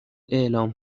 اعلام